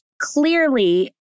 clearly